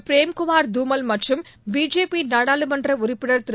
பிரேம்குமார் துமல் மற்றும் பிஜேபி நாடாளுமன்ற உறுப்பினர் திரு